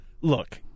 Look